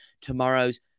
tomorrow's